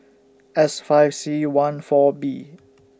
S five C one four B